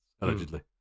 Allegedly